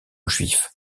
juif